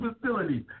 facilities